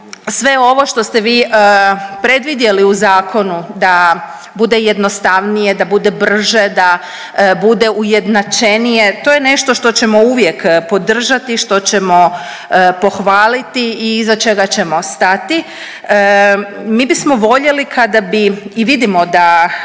sve ovo što ste vi predvidjeli u zakonu da bude jednostavnije, da bude brže, da bude ujednačenije to je nešto što ćemo uvijek podržati, što ćemo pohvaliti i iza čega ćemo stati. Mi bismo voljeli kada bi i vidimo da